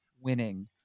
winning